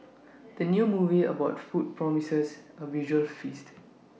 the new movie about food promises A visual feast